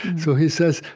so he says,